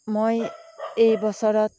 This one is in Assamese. মই এইবছৰত